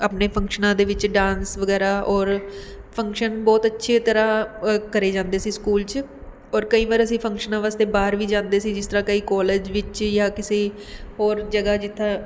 ਆਪਣੇ ਫੰਕਸ਼ਨਾਂ ਦੇ ਵਿੱਚ ਡਾਂਸ ਵਗੈਰਾ ਔਰ ਫੰਕਸ਼ਨ ਬਹੁਤ ਅੱਛੇ ਤਰ੍ਹਾਂ ਕਰੇ ਜਾਂਦੇ ਸੀ ਸਕੂਲ ਵਿੱਚ ਔਰ ਕਈ ਵਾਰ ਅਸੀਂ ਫੰਕਸ਼ਨਾਂ ਵਾਸਤੇ ਬਾਹਰ ਵੀ ਜਾਂਦੇ ਸੀ ਜਿਸ ਤਰ੍ਹਾਂ ਕਈ ਕਾਲਜ ਵਿੱਚ ਜਾਂ ਕਿਸੀ ਹੋਰ ਜਗ੍ਹਾ ਜਿੱਦਾਂ